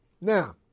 Now